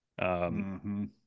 -hmm